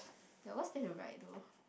that one still we write though